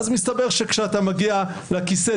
אז מסתבר כשאתה מגיע לכיסא,